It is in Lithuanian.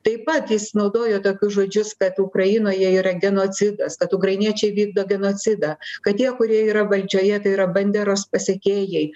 taip pat jis naudojo tokius žodžius kad ukrainoje yra genocidas kad ukrainiečiai vykdo genocidą kad tie kurie yra valdžioje tai yra banderos pasekėjai